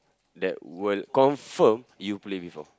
that will confirm you play before